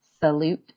Salute